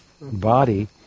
body